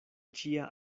ĉia